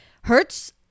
hurts